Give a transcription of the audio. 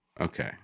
Okay